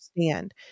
understand